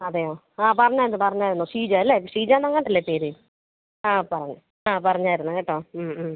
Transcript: അതെയോ ആ പറഞ്ഞായിരുന്നു പറഞ്ഞായിരുന്നു ഷീജ അല്ലേ ഷീജയെന്നെങ്ങാണ്ടല്ലേ പേര് ആ പറഞ്ഞു ആ പറഞ്ഞിരുന്നു കേട്ടോ